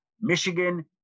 Michigan